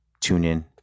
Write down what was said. TuneIn